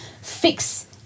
fix